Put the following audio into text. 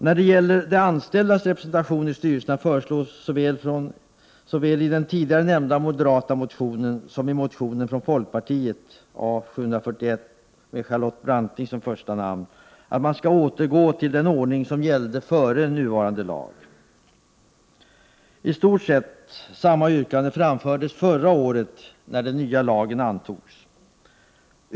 När det gäller de anställdas representation i styrelser föreslås, såväl i den tidigare nämnda moderata motionen, som i motionen från folkpartiet, A741, med Charlotte Branting som första namn, att man skall återgå till den ordning som gällde före nuvarande lag. I stort sett samma yrkande framfördes förra året när den nya lagen antogs.